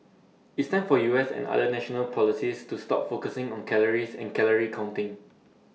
it's time for U S and other national policies to stop focusing on calories and calorie counting